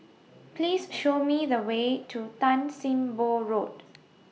Please Show Me The Way to Tan SIM Boh Road